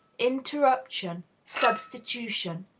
interruption, substitution.